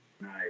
Nice